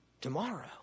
Tomorrow